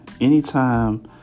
anytime